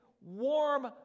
warm